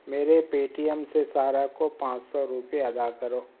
میرے Paytm سے سارا کو پانچ سو روپے ادا کرو